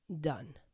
Done